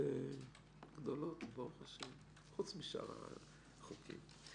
גדולות, חוץ משאר החוקים.